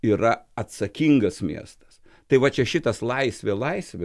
yra atsakingas miestas tai va čia šitas laisvė laisvė